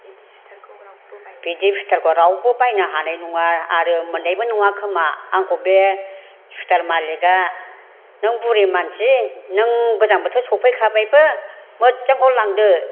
बिदि सुइटारखौ रावबो बायनो हानाय नङा आरो मोननायबो नङा खोमा आंखौ बे सुइटार मालिखआ नों बुरि मानसि नों गोजां बोथोर सफैखाबायबो मोजांखौ लांदो